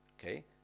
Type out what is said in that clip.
okay